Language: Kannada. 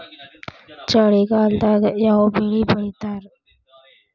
ಚಳಿಗಾಲದಾಗ್ ಯಾವ್ ಬೆಳಿ ಬೆಳಿತಾರ?